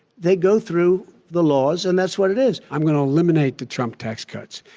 they go through the laws, and that's what it is. i'm going to eliminate the trump tax cuts.